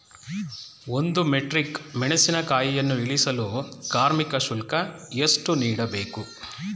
ಒಂದು ಮೆಟ್ರಿಕ್ ಮೆಣಸಿನಕಾಯಿಯನ್ನು ಇಳಿಸಲು ಕಾರ್ಮಿಕ ಶುಲ್ಕ ಎಷ್ಟು ನೀಡಬೇಕು?